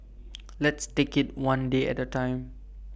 let's take IT one day at the time